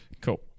Cool